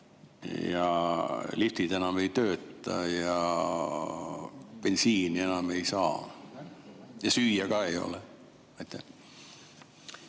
ja liftid enam ei tööta, bensiini enam ei saa ja süüa ka ei ole?